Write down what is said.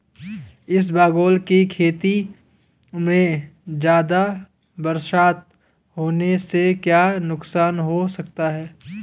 इसबगोल की खेती में ज़्यादा बरसात होने से क्या नुकसान हो सकता है?